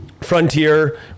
Frontier